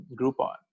Groupon